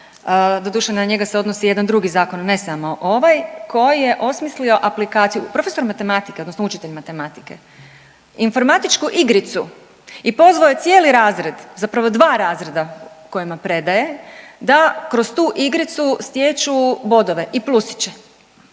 doduše na njega se odnosi jedan drugi zakon, ne samo ovaj, koji je osmislio aplikaciju profesor matematike odnosno učitelj matematike, informatičku igricu i pozvao je cijeli razred, zapravo dva razreda u kojima predaje da kroz tu igricu stječu bodove i plusiće,